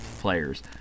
players